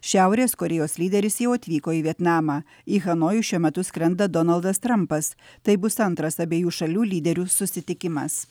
šiaurės korėjos lyderis jau atvyko į vietnamą į hanojų šiuo metu skrenda donaldas trampas tai bus antras abiejų šalių lyderių susitikimas